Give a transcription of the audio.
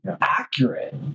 accurate